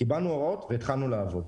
קיבלנו הוראות והתחלנו לעבוד.